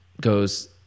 goes